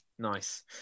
Nice